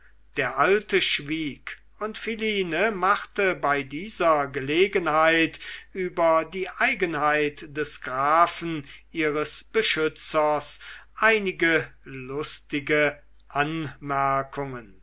der alte schwieg und philine machte bei dieser gelegenheit über die eigenheit des grafen ihres beschützers einige lustige